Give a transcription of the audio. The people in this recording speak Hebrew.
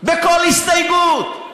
בכל הסתייגות.